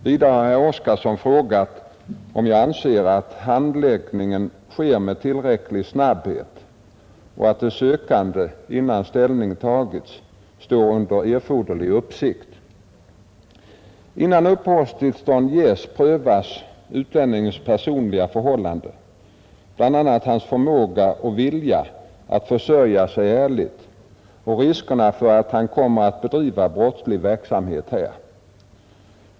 Vidare har herr Oskarson frågat om jag anser att handläggningen sker med tillräcklig snabbhet och att de sökande — innan ställning tagits — står under erforderlig uppsikt. Innan uppehållstillstånd ges prövas utlänningens personliga förhållanden, bl.a. hans förmåga och vilja att försörja sig ärligt och riskerna för att han kommer att bedriva brottslig verksamhet här.